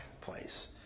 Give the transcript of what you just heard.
place